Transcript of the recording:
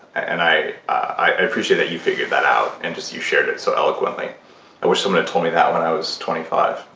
and i i appreciate that you figured that out, and you shared it so eloquently. i wish someone had told me that when i was twenty five.